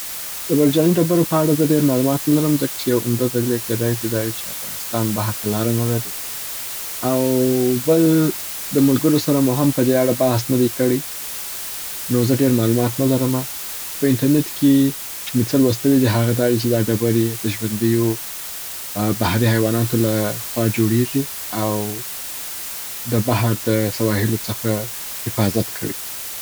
د مرجاني ډبرو په اړه زه ډېر معلومات نه لرم ځکه چې یو عمده دلیل یې کیدای سي دا وي چې افغانستان بحر ته لاره نلري. او بل د ملگرو سره مو هم په دې اړه بحث نه دی کړي. نو زه ډېر معلومات نه لرمه. په انټرنیټ کي چې مي څه لوستلي دي هغه دا دی چې دا ډبرې د ژونديو بحري حیواناتو لخوا جوړیږي او د بحر د سواهلو څخه حفاظت کوي.